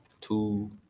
two